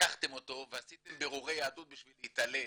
לקחתם אותו ועשיתם בירורי יהדות בשביל להתעלל